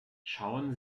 schauen